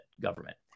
government